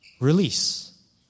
Release